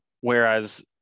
Whereas